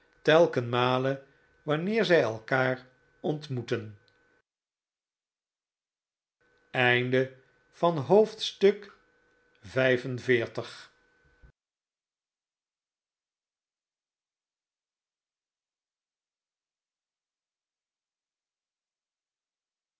telkenmale wanneer zij elkaar ontmoetten